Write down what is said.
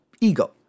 ego